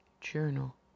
Journal